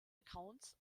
accounts